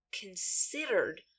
considered